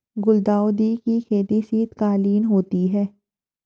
गुलदाउदी की खेती शीतकालीन होती है